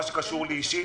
מה שקשור לי אישית